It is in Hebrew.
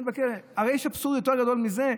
הרי יש אבסורד יותר גדול מזה?